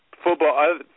Football